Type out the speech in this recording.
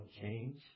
change